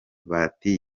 bati